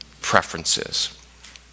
preferences